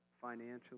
financially